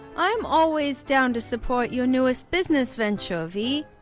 i'm always down to support your newest business venture, vee!